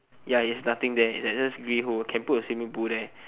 ya it has nothing there just a big hole can put a swimming pool there